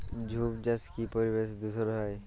ঝুম চাষে কি পরিবেশ দূষন হয়?